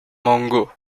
mango